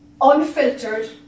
unfiltered